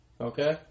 okay